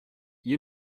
you